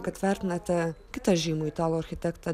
kad vertinate kitą žymų italų architektą